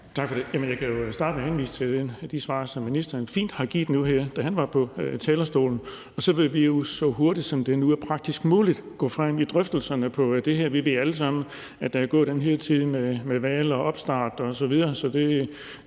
Tak for det. Jamen jeg kan jo starte med at henvise til de svar, som ministeren fint har givet nu her, da han var på talerstolen. Og så vil vi jo, så hurtigt som det nu er praktisk muligt, gå frem i drøftelserne om det her. Vi ved alle sammen, at der er gået den her tid med valg og opstart osv.,